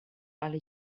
alle